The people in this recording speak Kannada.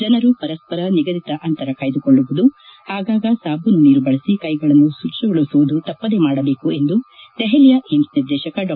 ಜನರು ಪರಸ್ಸರ ನಿಗದಿತ ಅಂತರ ಕಾಯ್ಲುಕೊಳ್ಳುವುದು ಆಗಾಗ ಸಾಬೂನು ನೀರು ಬಳಸಿ ಕ್ಷೆಗಳನ್ನು ಶುಚಿಗೊಳಿಸಿಕೊಳ್ಳುವುದನ್ನು ತಪ್ಪದೆ ಮಾಡಬೇಕು ಎಂದು ದೆಹಲಿಯ ಏಮ್ಸ್ ನಿರ್ದೇಶಕ ಡಾ